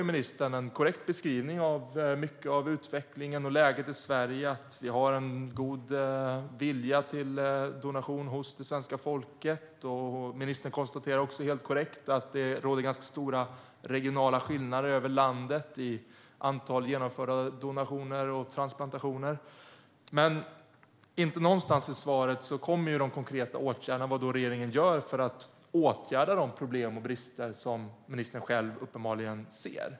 Ministern gör en korrekt beskrivning av mycket av utvecklingen och läget i Sverige - att vi har en god vilja till donation hos svenska folket. Ministern konstaterar också helt korrekt att det råder ganska stora regionala skillnader över landet i antalet genomförda donationer och transplantationer, men ingenstans i svaret kommer de konkreta åtgärder som regeringen vidtar för att åtgärda de problem och brister som ministern själv uppenbarligen ser.